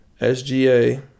SGA